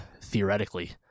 theoretically